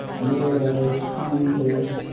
weirdos, users.